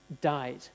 died